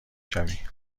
شوی